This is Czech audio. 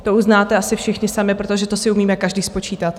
To uznáte asi všichni sami, protože to si umíme každý spočítat.